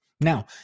Now